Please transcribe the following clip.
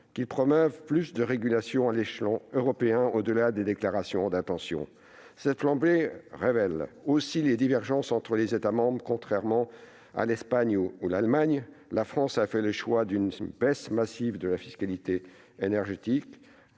qu'il promeuve une véritable régulation à l'échelon européen, au-delà des déclarations d'intention. Cette flambée révèle aussi les divergences entre États membres. Contrairement à l'Espagne ou à l'Allemagne, la France n'a pas fait le choix d'une baisse massive de la fiscalité énergétique,